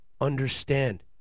understand